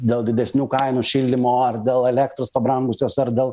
dėl didesnių kainų šildymo ar dėl elektros pabrangusios ar dėl